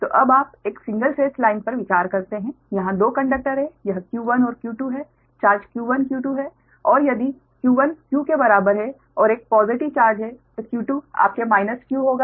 तो अब आप एक सिंगल फेज लाइन पर विचार करते हैं यहाँ 2 कंडक्टर हैं यह q1 और q2 हैं चार्ज q1 q2 है और यदि q1 q के बराबर है और एक पॉज़िटिव चार्ज है तो q2 आपके माइनस q होगा